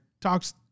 talks